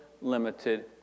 limited